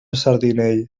sardinell